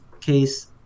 case